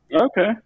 Okay